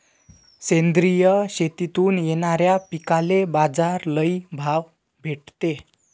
सेंद्रिय शेतीतून येनाऱ्या पिकांले बाजार लई भाव भेटते